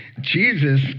Jesus